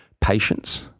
patience